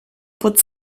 pot